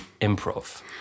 improv